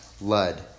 Lud